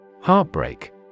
Heartbreak